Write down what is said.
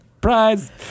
prize